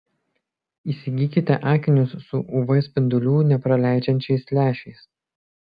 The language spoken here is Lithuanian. įsigykite akinius su uv spindulių nepraleidžiančiais lęšiais